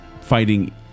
fighting